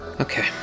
Okay